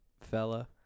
fella